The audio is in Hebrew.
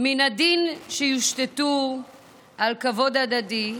"מן הדין שיושתתו על כבוד הדדי,